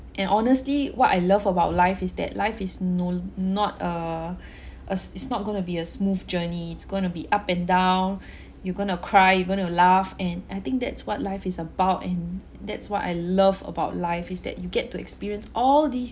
and honestly what I love about life is that life is no not err uh it's not gonna be a smooth journey it's gonna be up and down you gonna cry you gonna laugh and I think that's what life is about and that's what I love about life is that you get to experience all these